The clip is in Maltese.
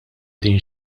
din